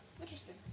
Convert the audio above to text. interesting